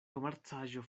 komercaĵo